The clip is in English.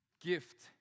gift